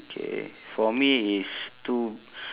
okay for me is to